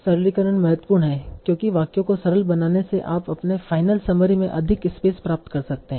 सरलीकरण महत्वपूर्ण है क्योंकि वाक्यों को सरल बनाने से आप अपने फाइनल समरी में अधिक स्पेस प्राप्त कर सकते हैं